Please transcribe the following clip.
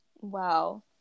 Wow